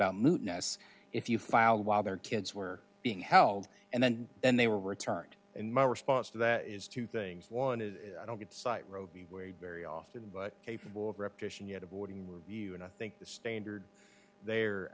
about us if you file while their kids were being held and then then they were returned and my response to that is two things one is i don't get site robi where you very often but capable of repetition yet avoiding were you and i think the standard there